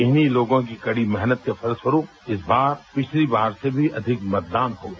इन्द्हीं लोगों की कड़ी मेहनत के फलस्घ्वरूप इस बार पिछली बार से भी अधिक मतदान हो गया